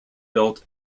built